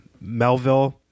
Melville